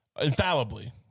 Infallibly